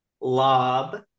lob